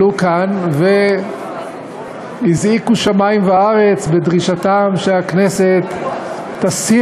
עלו כאן והזעיקו שמים וארץ בדרישתם שהכנסת תסיר